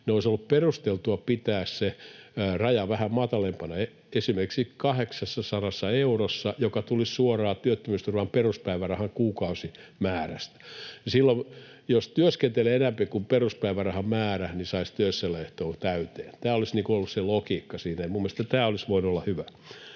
Olisi ollut perusteltua pitää se raja vähän matalampana, esimerkiksi 800 eurossa, joka tulisi suoraan työttömyysturvan peruspäivärahan kuukausimäärästä. Silloin, jos työskentelee enempi kuin peruspäivärahan määrä, saisi työssäoloehtoa täyteen. Tämä olisi ollut se logiikka siinä, ja minun mielestäni tämä olisi voinut olla hyvä.